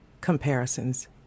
comparisons